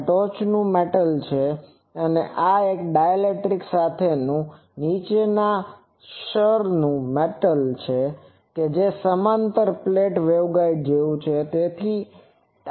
આ એક ટોચનું મેટલ છે અને આ એક ડાઇલેક્ટ્રિક સાથેનું નીચેનું મેટલ ક્ષેત્ર છે જે સમાંતર પ્લેટ વેવગાઇડ જેવું છે